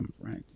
Right